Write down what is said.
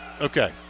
Okay